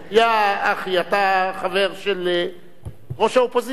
יא אחי, אתה חבר של ראש האופוזיציה.